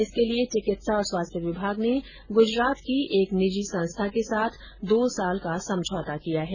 इसके लिए चिकित्सा और स्वास्थ्य विभाग ने ग्जरात की एक निर्जी संस्था के साथ दो साल का समझौता किया है